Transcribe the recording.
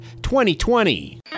2020